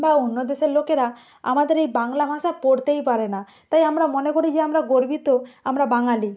বা অন্য দেশের লোকেরা আমাদের এই বাংলা ভাষা পড়তেই পারে না তাই আমরা মনে করি যে আমরা গর্বিত আমরা বাঙালি